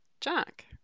Jack